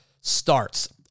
starts